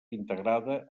integrada